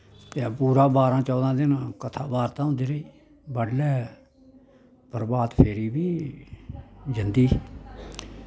ते पूरा बारां चौदां दिन कथा बार्ता होंदी रेही बडलै परभात फेरी बी जंदी